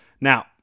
Now